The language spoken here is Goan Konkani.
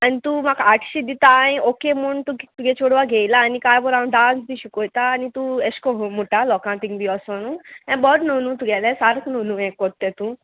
आनी तूं म्हाका आटशीं दिता हांयें ओके म्हूण तुगे तुगे चेडवा घेयला आनी कांय बरो हांव डांस बी शिकयता आनी तूं एश को म्हुटा लोकां थिंग बी ओसो न्हू हें बरो न्हू न्हू तुगेलें सारक न्हू न्हू हें कोत्ता तें तूं